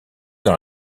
dans